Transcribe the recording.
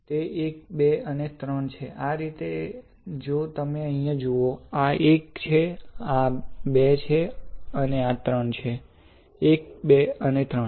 તે 1 2 અને 3 છે આ રીતે જો તમે અહીં જુઓ આ 1 છે આ 2 છે અને આ 3 છે 1 2 અને 3